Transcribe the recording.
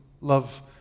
love